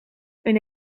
een